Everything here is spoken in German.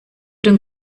den